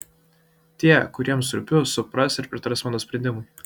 tie kuriems rūpiu supras ir pritars mano sprendimui